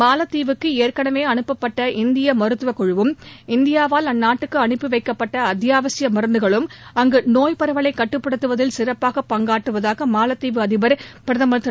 மாலத்தீவுக்கு ஏற்கனவே அனுப்பப்பட்ட இந்திய மருத்துவக் குழுவும் இந்தியாவால் அந்நாட்டுக்கு அனுப்பி வைக்கப்பட்ட அத்தியாவசிய மருந்துகளும் அங்கு நோய் பரவலைக் கட்டுப்படுத்துவதில் சிறப்பாக பங்காற்றுவதாக மாலத்தீவு அதிபர் பிரதமர் திரு